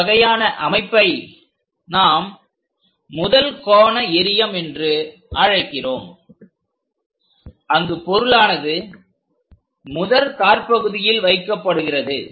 இந்த வகையான அமைப்பை நாம் முதல் கோண எறியம் என்று அழைக்கிறோம் அங்கு பொருளானது முதல் காற்பகுதியில் வைக்கப்படுகிறது